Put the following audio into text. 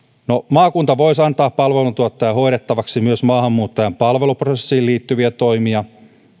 maakunta voisi antaa palveluntuottajan hoidettavaksi myös maahanmuuttajan palveluprosessiin liittyviä toimia